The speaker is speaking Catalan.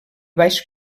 baix